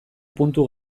puntu